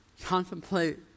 contemplate